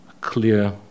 clear